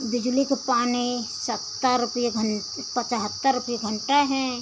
बिजली को पानी सत्तर रुपिया पचहत्तर रुपिया घंटा है